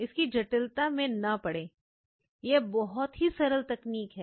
इसकी जटिलता में ना पड़े यह बहुत ही सरल तकनीक है